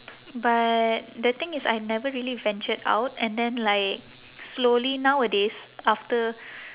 but the thing is I never really ventured out and then like slowly nowadays after